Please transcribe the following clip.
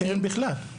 אין בכלל?